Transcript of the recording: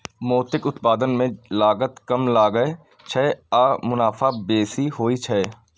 मोतीक उत्पादन मे लागत कम लागै छै आ मुनाफा बेसी होइ छै